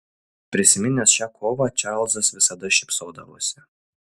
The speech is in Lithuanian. prisiminęs šią kovą čarlzas visada šypsodavosi